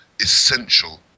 essential